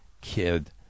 kid